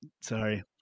Sorry